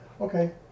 Okay